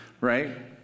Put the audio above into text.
right